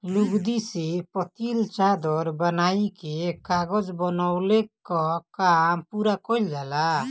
लुगदी से पतील चादर बनाइ के कागज बनवले कअ काम पूरा कइल जाला